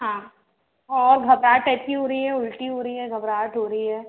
हाँ और घबराहट ऐसी हो रही है उल्टी हो रही है घबराहट हो रही है